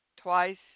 twice